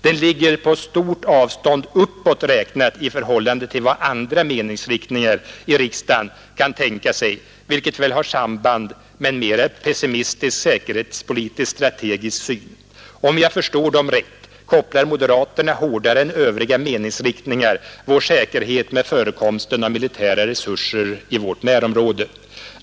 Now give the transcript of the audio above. Den ligger på stort avstånd uppåt räknat i förhållande till vad andra meningsinriktningar i riksdagen kan tänka sig, vilket väl har samband med en mera pessimistisk säkerhetspolitisk-strategisk syn. Om jag förstår dem rätt, kopplar moderaterna hårdare än övriga meningsinriktningar vår säkerhet med förekomsten av militära resurser i vårt närområde.